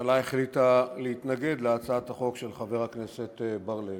הממשלה החליטה להתנגד להצעת החוק של חבר הכנסת בר-לב.